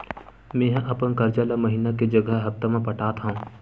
मेंहा अपन कर्जा ला महीना के जगह हप्ता मा पटात हव